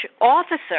officer